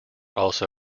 also